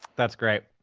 that's great.